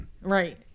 right